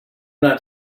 not